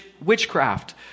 witchcraft